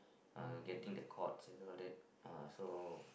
uh getting the chords and all that uh so